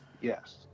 Yes